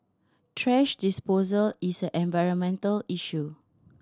thrash disposal is an environmental issue